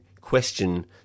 question